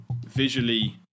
visually